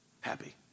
happy